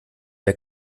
der